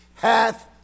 hath